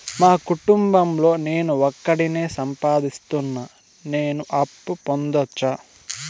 మా కుటుంబం లో నేను ఒకడినే సంపాదిస్తున్నా నేను అప్పు పొందొచ్చా